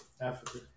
Africa